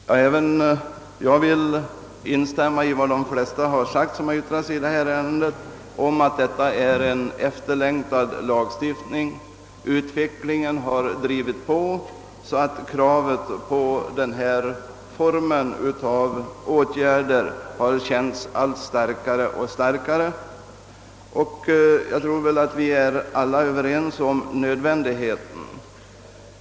Herr talman! Även jag vill instämma i vad de flesta har sagt som yttrat sig i detta ärende, nämligen att denna lagstiftning är efterlängtad. Utvecklingen har drivit på, varför kravet på denna form av åtgärder känts allt starkare. Jag tror att vi alla är överens om nödvändigheten av denna lagstiftning.